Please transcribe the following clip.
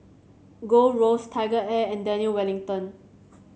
Gold Roast TigerAir and Daniel Wellington